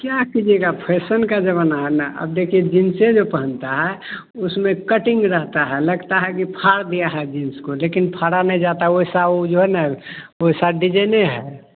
क्या कीजिएगा फ़ैसन का ज़माना है न अब देखिए जींसे जो पहनता है उसमें कटिंग रहता है लगता है कि फाड़ दिया है जींस को लेकिन फाड़ा नहीं जाता है ऐसा उ जो है न वैसा डिजाइने है